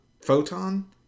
Photon